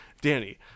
danny